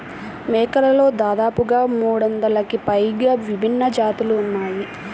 మేకలలో దాదాపుగా మూడొందలకి పైగా విభిన్న జాతులు ఉన్నాయి